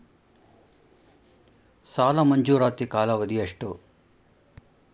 ಸಾಲ ಮಂಜೂರಾತಿ ಕಾಲಾವಧಿ ಎಷ್ಟು?